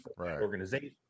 organization